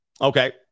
Okay